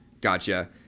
gotcha